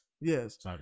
Yes